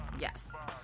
Yes